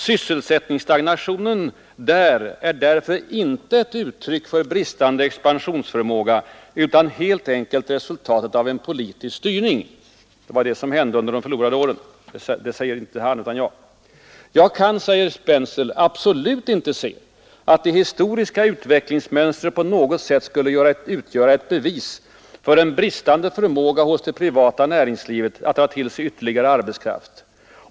Sysselsättningsstagnationen där är därför inte ett uttryck för bristande expansionsförmåga utan helt enkelt resultatet av en politisk styrning.” — Det var det som hände under de förlorade åren. — ”Jag kan absolut inte se, att det historiska utvecklingsmönstret på något sätt skulle utgöra ett bevis för en bristande förmåga hos det privata näringslivet att dra till sig ytterligare arbetskraft.